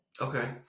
Okay